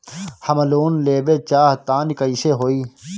हम लोन लेवल चाह तानि कइसे होई?